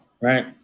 right